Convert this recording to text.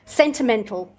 sentimental